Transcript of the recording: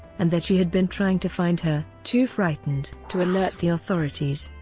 and that she had been trying to find her, too frightened to alert the authorities.